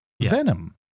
Venom